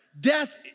Death